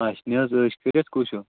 اچھا نہِ حظ عٲش کٔرِتھ کُس ہیوٗ